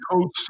coach